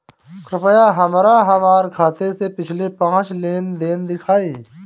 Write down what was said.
कृपया हमरा हमार खाते से पिछले पांच लेन देन दिखाइ